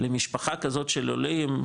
למשפחה כזאת של עולים,